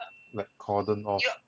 like cordon off